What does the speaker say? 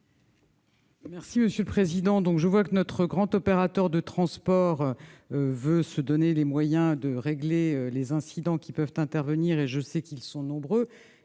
du Gouvernement ? Je vois que notre grand opérateur de transport veut se donner les moyens de régler les incidents qui peuvent survenir- je sais qu'ils sont nombreux